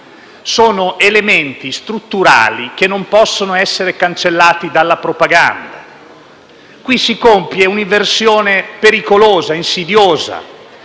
sono elementi strutturali che non possono essere cancellati dalla propaganda. Qui si compie un'inversione pericolosa, insidiosa.